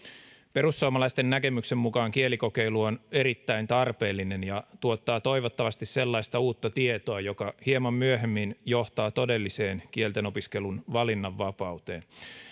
perussuomalaisten näkemyksen mukaan kielikokeilu on erittäin tarpeellinen ja tuottaa toivottavasti sellaista uutta tietoa joka hieman myöhemmin johtaa todelliseen kielten opiskelun valinnanvapauteen